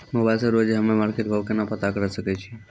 Mobile से रोजे हम्मे मार्केट भाव केना पता करे सकय छियै?